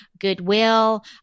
Goodwill